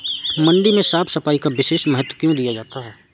मंडी में साफ सफाई का विशेष महत्व क्यो दिया जाता है?